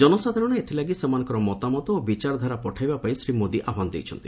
ଜନସାଧାରଣ ସେମାନଙ୍କର ମତାମତ ଓ ବିଚାରଧାରା ପଠାଇବାପାଇଁ ଶ୍ରୀ ମୋଦି ଆହ୍ୱାନ କରିଛନ୍ତି